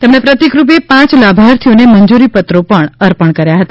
તેમણે પ્રતિક રૂપે પાંચ લાભાર્થીઓને મંજૂરી પત્રો પણ અર્પણ કર્યા હતા